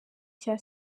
cya